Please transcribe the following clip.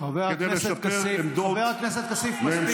חבר הכנסת כסיף,